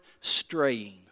straying